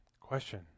Question